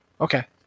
Okay